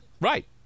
Right